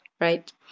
right